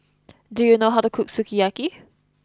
do you know how to cook sukiyaki